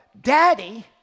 daddy